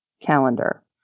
calendar